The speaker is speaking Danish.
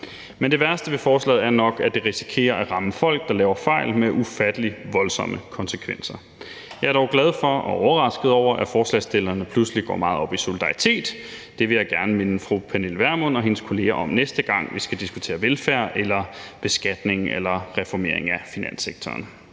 Men det værste ved forslaget er nok, at det risikerer at ramme folk, der laver fejl, med ufattelig voldsomme konsekvenser. Jeg er dog glad for og overrasket over, at forslagsstillerne pludselig går meget op i solidaritet. Det vil jeg gerne minde fru Pernille Vermund og hendes kolleger om, næste gang vi skal diskutere velfærd eller beskatning eller reformering af finanssektoren.